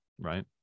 right